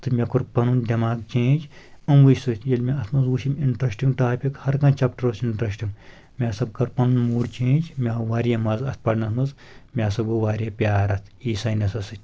تہٕ مےٚ کوٚر پَنُن دؠماغ چینٛج اُموے سۭتۍ ییٚلہِ مےٚ اَتھ منٛز وُچھ یِم اِنٹریٚسٹِنٛگ ٹاپِک ہر کانٛہہ چَپٹَر اوس اِنٹریٚسٹِنٛگ مےٚ ہَسا کٔر پنُن موٗڑ چینٚج مےٚ آو واریاہ مَزٕ اَتھ پڑنَس منٛز مےٚ ہسا گوٚو واریاہ پیار اَتھ ای ساینَسَس سۭتۍ پَتہٕ